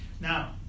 Now